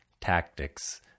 tactics